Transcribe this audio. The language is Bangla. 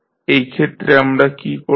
এই ক্ষেত্রে আমরা কী করব